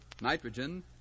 nitrogen